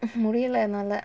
முடியல என்னால:mudiyala ennaala